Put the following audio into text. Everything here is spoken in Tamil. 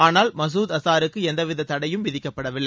ஆனால் மசூத் அசாருக்கு எந்தவித தடையும் விதிக்கப்படவில்லை